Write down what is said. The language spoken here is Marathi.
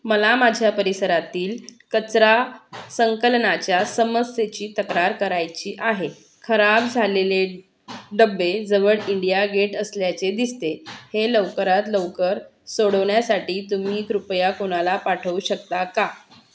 मला माझ्या परिसरातील कचरा संकलनाच्या समस्येची तक्रार करायची आहे खराब झालेले डबे जवळ इंडिया गेट असल्याचे दिसते हे लवकरात लवकर सोडवण्यासाठी तुम्ही कृपया कोणाला पाठवू शकता का